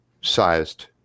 sized